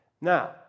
Now